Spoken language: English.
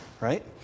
right